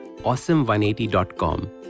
awesome180.com